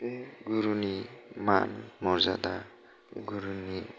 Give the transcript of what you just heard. बे गुरुनि मान मौरजादा गुरुनि